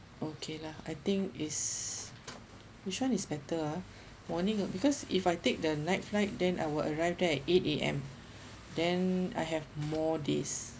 okay lah I think is which one is better ah morning because if I take the night flight then I will arrived there at eight A_M then I have more days